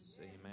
Amen